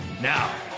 Now